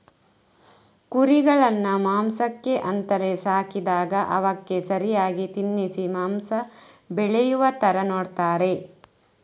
ಕುರಿಗಳನ್ನ ಮಾಂಸಕ್ಕೆ ಅಂತಲೇ ಸಾಕಿದಾಗ ಅವಕ್ಕೆ ಸರಿಯಾಗಿ ತಿನ್ನಿಸಿ ಮಾಂಸ ಬೆಳೆಯುವ ತರ ನೋಡ್ತಾರೆ